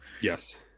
Yes